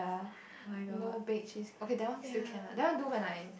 no bake cheese okay that one still can ah that one do when I